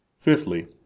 Fifthly